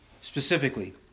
specifically